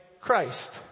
Christ